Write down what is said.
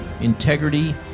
integrity